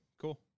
cool